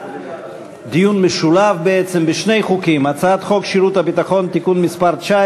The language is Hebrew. דיון משולב בשני חוקים: הצעת חוק שירות ביטחון (תיקון מס'